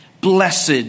Blessed